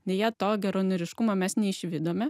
deja to geranoriškumo mes neišvydome